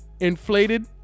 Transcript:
Inflated